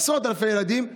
עשרות אלפי ילדים,